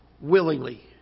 Willingly